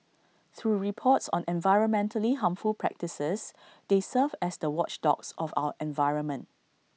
through reports on environmentally harmful practices they serve as the watchdogs of our environment